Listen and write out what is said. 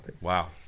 Wow